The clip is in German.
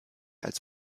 als